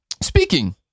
Speaking